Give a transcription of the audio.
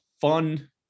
fun